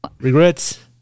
Regrets